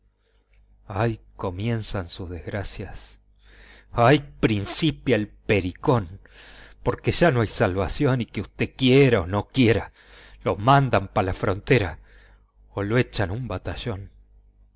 áhi comienzan sus desgracias áhi principia el pericón porque ya no hay salvación y que usté quiera o no quiera lo mandan a la frontera o lo echan a un batallón ansí